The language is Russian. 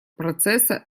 процесса